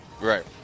right